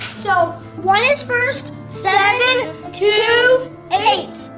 so one is first. seven two eight.